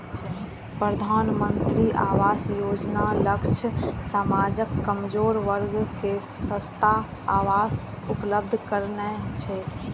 प्रधानमंत्री आवास योजनाक लक्ष्य समाजक कमजोर वर्ग कें सस्ता आवास उपलब्ध करेनाय छै